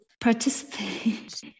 participate